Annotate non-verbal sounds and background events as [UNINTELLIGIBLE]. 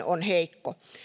[UNINTELLIGIBLE] on heikko